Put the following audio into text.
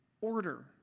order